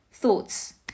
Thoughts